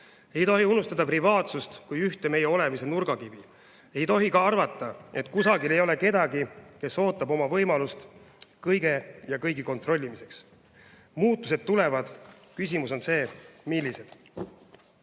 Ei tohi unustada privaatsust kui ühte meie olemise nurgakivi. Ei tohi ka arvata, et kusagil ei ole kedagi, kes ootab oma võimalust kõige ja kõigi kontrollimiseks. Muutused tulevad, küsimus on see: millised?